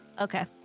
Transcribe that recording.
Okay